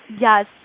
Yes